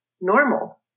normal